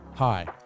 Hi